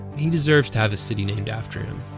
he deserves to have a city named after him.